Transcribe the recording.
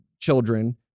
children